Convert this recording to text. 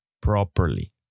properly